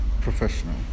professional